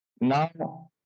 Now